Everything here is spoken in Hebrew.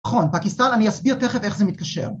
נכון, פקיסטן, אני אסביר תכף איך זה מתקשר.